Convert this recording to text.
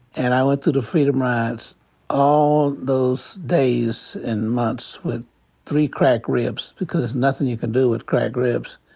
and i went through the freedom rides all those days and months with three cracked ribs. because there's nothin' you can do with cracked ribs.